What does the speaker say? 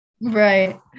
right